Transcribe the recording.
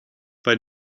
bei